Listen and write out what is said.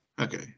Okay